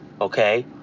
Okay